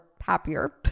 happier